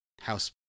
House